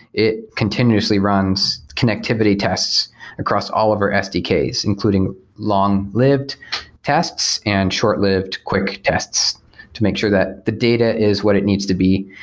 it continuously runs connectivity tests across all of our sdks including long lived tests and short-lived quick tests to make sure that the data is what it needs to be.